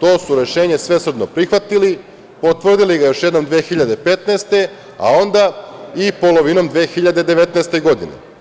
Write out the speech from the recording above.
to su rešenje svesrdno prihvatili, potvrdili ga još jednom 2015. godine, a onda i polovinom 2019. godine.